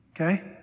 okay